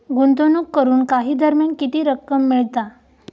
गुंतवणूक करून काही दरम्यान किती रक्कम मिळता?